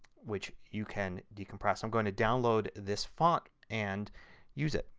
which you can decompress. i'm going to download this font and use it.